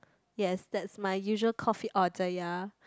yes that's my usual coffee order ya